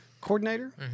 Coordinator